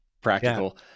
practical